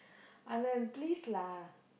Anand please lah